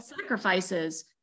sacrifices